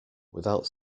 without